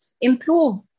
improve